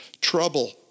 trouble